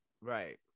Right